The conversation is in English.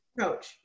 coach